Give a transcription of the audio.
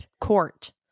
court